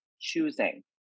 choosing